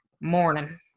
morning